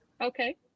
Okay